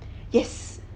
yes